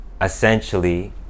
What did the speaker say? essentially